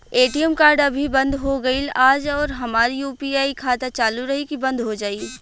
ATM card अभी बंद हो गईल आज और हमार यू.पी.आई खाता चालू रही की बन्द हो जाई?